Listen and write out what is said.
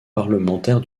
parlementaire